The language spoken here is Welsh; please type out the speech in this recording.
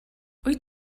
wyt